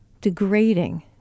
degrading